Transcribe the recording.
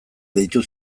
deitu